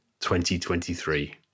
2023